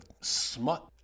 smut